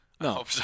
No